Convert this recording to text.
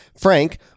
frank